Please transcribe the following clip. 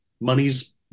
money's